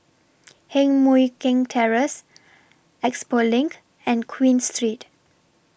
Heng Mui Keng Terrace Expo LINK and Queen Street